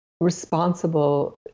responsible